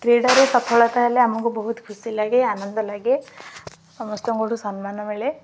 କ୍ରୀଡ଼ାରୁ ସଫଳତା ହେଲେ ଆମକୁ ବହୁତ ଖୁସି ଲାଗେ ଆନନ୍ଦ ଲାଗେ ସମସ୍ତଙ୍କଠୁ ସମ୍ମାନ ମିଳେ